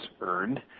earned